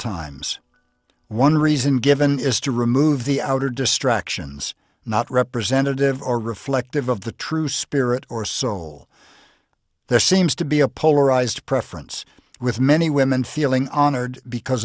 times one reason given is to remove the outer distractions not representative or reflective of the true spirit or soul there seems to be a polarized preference with many women feeling honored because